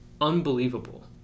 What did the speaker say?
unbelievable